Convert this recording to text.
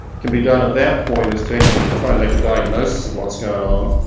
can be done at that point is to actually try and make a diagnosis of what's going on.